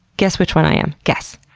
guess which one i am? guess.